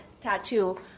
tattoo